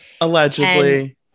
Allegedly